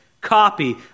copy